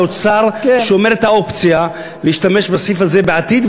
כי האוצר שומר את האופציה להשתמש בסעיף הזה בעתיד,